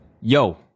yo